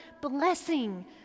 blessing